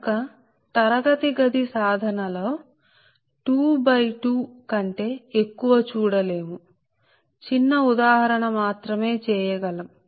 కనుక తరగతి గది సాధన లో 2 x 2 కంటే ఎక్కువ చూడలేము చిన్న ఉదాహరణ మాత్రమే చేయగలము